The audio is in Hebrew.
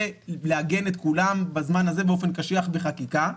לעגן את כולם בזמן הזה באופן קשיח בחקיקה.